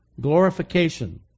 Glorification